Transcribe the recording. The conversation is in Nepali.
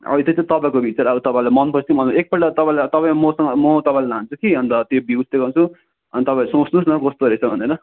अब त्यस्तो तपाईँको विचार अब तपाईँलाई मन परे पछि मलाई एक पल्ट तपाईँलाई तपाईँ मसँग म तपाईँलाई लान्छु कि अन्त त्यो भ्युस् देखाउँछु अन्त तपाईँहरू सोच्नु होस् न कस्तो रहेछ भनेर